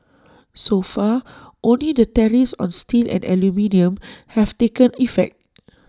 so far only the tariffs on steel and aluminium have taken effect